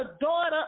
daughter